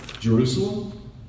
Jerusalem